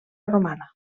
romana